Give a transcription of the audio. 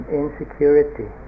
insecurity